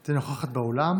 בין הפריפריה למרכז.